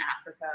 Africa